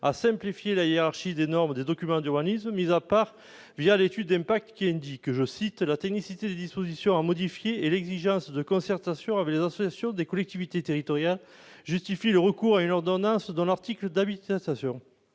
simplifier la hiérarchie des normes des documents d'urbanisme, hormis dans l'étude d'impact, où il est indiqué :« La technicité des dispositions à modifier et l'exigence de concertation avec les associations de collectivités territoriales justifient le recours à une ordonnance dont l'article d'habilitation